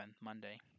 Monday